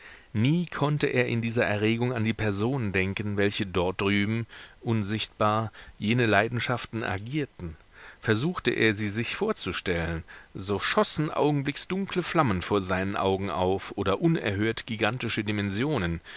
nie konnte er in dieser erregung an die personen denken welche dort drüben unsichtbar jene leidenschaften agierten versuchte er sie sich vorzustellen so schossen augenblicks dunkle flammen vor seinen augen auf oder unerhört gigantische dimensionen